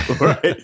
Right